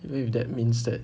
even if that means that